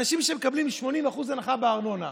אנשים שמקבלים 80% הנחה בארנונה.